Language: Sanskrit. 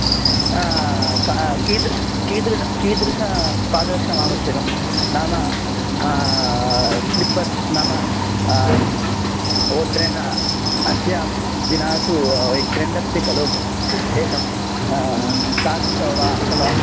का कीदृशं कीदृशं कीदृशं पादरक्षाम् आवश्यकं नाम स्लिप्पर्स् नाम वोट्रे अस्यां दिनेषु ए ट्रेण्ड् अस्ति कलु एकं तादृशं व अथवा